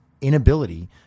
inability